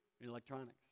electronics